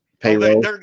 payroll